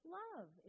love